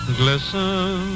glisten